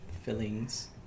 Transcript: Fillings